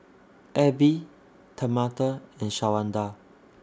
Abbie Tamatha and Shawanda